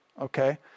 Okay